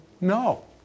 no